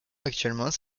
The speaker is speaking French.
actuellement